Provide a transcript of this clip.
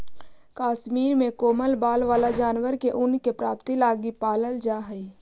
कश्मीर में कोमल बाल वाला जानवर के ऊन के प्राप्ति लगी पालल जा हइ